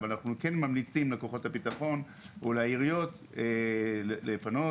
אבל אנחנו כן ממליצים לכוחות הביטחון ולעיריות לפנות